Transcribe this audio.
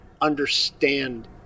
understand